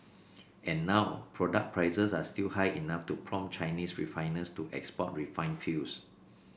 and now product prices are still high enough to prompt Chinese refiners to export refined fuels